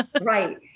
Right